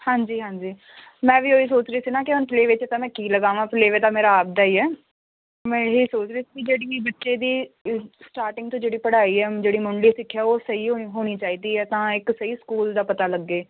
ਹਾਂਜੀ ਹਾਂਜੀ ਮੈਂ ਵੀ ਉਹ ਹੀ ਸੋਚ ਰਹੀ ਸੀ ਨਾ ਕਿ ਹੁਣ ਪਲੇਵੇ 'ਚ ਤਾਂ ਮੈਂ ਕੀ ਲਗਾਵਾਂ ਪਲੇਵੇ ਤਾਂ ਮੇਰਾ ਆਪਣਾ ਹੀ ਹੈ ਮੈਂ ਇਹ ਹੀ ਸੋਚ ਰਹੀ ਸੀ ਜਿਹੜੀ ਬੱਚੇ ਦੀ ਅ ਸਟਾਰਟਿੰਗ ਤੋਂ ਜਿਹੜੀ ਪੜ੍ਹਾਈ ਆ ਹੁਣ ਜਿਹੜੀ ਮੁੱਢਲੀ ਸਿੱਖਿਆ ਉਹ ਸਹੀ ਹੋਣੀ ਚਾਹੀਦੀ ਆ ਤਾਂ ਇੱਕ ਸਹੀ ਸਕੂਲ ਦਾ ਪਤਾ ਲੱਗੇ